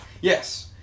Yes